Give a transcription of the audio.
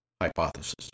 hypothesis